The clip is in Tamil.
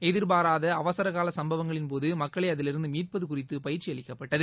எதிர்பாராத அவசரகால சம்பவங்களின்போது மக்களை அதிலிருந்து மீட்பது குறித்து பயிற்சி அளிக்கப்பட்டது